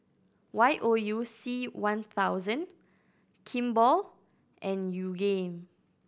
Y O U C one thousand Kimball and Yoogane